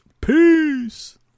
Peace